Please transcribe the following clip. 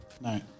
No